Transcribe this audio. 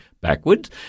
backwards